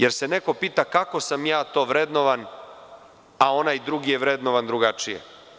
Neko se pita kako sam ja to vrednovan, a onaj drugi je vrednovan drugačije.